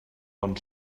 bon